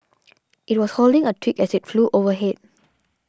it was holding a twig as it flew overhead